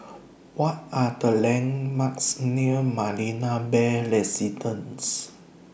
What Are The landmarks near Marina Bay Residences